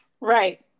Right